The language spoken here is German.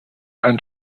ein